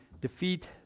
defeat